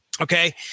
Okay